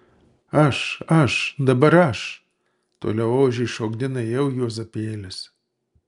aš aš dabar aš toliau ožį šokdina jau juozapėlis